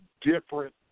different